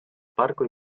parku